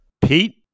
Pete